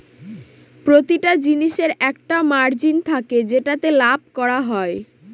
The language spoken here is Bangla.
প্রতিটা জিনিসের একটা মার্জিন থাকে যেটাতে লাভ করা যায়